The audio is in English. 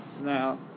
Now